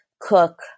cook